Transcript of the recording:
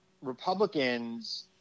Republicans